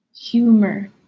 humor